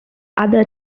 other